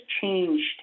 changed